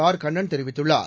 ஆர்கண்ணன் தெரிவித்துள்ளார்